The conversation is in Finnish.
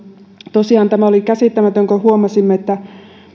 tosiaan tämä oli käsittämätöntä kun huomasimme että